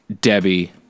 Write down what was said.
Debbie